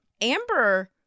Amber